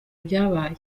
ibyabaye